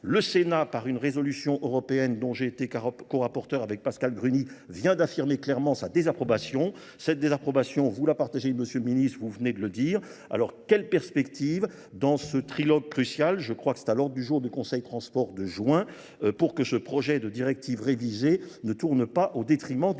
Le Sénat, par une résolution européenne dont j'ai été co-apporteur avec Pascal Gruny, vient d'affirmer clairement sa désapprobation. Cette désapprobation, vous la partagez Monsieur le Ministre, vous venez de le dire. Alors quelle perspective dans ce trilogue crucial, je crois que c'est à l'ordre du jour du Conseil de transport de juin, pour que ce projet de directive révisée ne tourne pas au détriment du fret